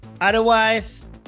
Otherwise